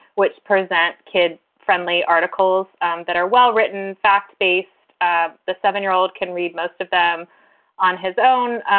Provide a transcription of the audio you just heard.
which present kid friendly articles that are well-written, fact based, ah the seven year old can read most of them on his own.